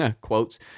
quotes